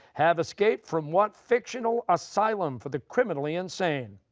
have escaped from what fictional asylum for the criminally insane?